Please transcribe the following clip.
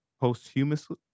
posthumously